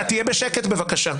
אתה תהיה בשקט, בבקשה.